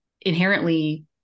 inherently